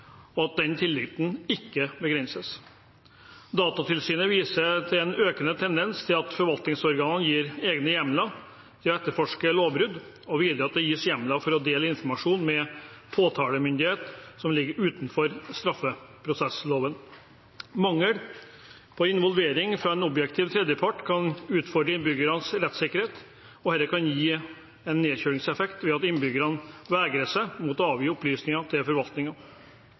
og at den tilliten ikke begrenses. Datatilsynet viser til en økende tendens til at forvaltningsorganer gis egne hjemler til å etterforske lovbrudd, og videre at de gis hjemler til å dele informasjon med påtalemyndigheten som ligger utenfor straffeprosessloven. Mangel på involvering fra en objektiv tredjepart kan utfordre innbyggernes rettssikkerhet, og dette kan gi en nedkjølingseffekt ved at innbyggerne vegrer seg mot å avgi opplysninger til